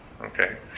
okay